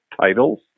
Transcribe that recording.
titles